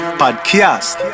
podcast